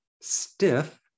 stiff